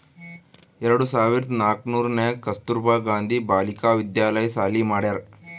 ಎರಡು ಸಾವಿರ್ದ ನಾಕೂರ್ನಾಗ್ ಕಸ್ತೂರ್ಬಾ ಗಾಂಧಿ ಬಾಲಿಕಾ ವಿದ್ಯಾಲಯ ಸಾಲಿ ಮಾಡ್ಯಾರ್